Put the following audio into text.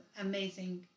amazing